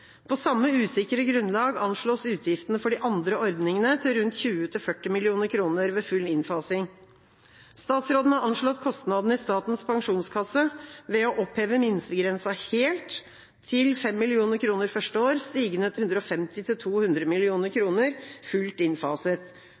rundt 20–40 mill. kr ved full innfasing. Statsråden har anslått kostnadene i Statens pensjonskasse ved å oppheve minstegrensa helt til 5 mill. kr første år, stigende til 150–200 mill. kr fullt innfaset.